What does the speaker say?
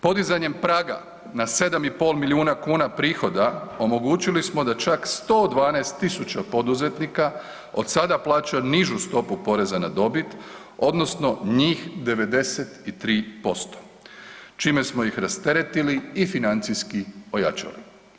Podizanjem praga na 7,5 milijuna kuna prihoda omogućili smo da čak 112.000 poduzetnika od sada plaća nižu stopu poreza na dobit odnosno njih 93% čime smo ih rasteretili i financijski ojačali.